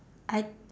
I